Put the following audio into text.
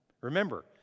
Remember